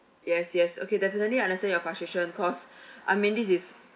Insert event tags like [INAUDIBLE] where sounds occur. yes yes okay definitely I understand your frustration because [BREATH] I mean this is